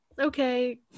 okay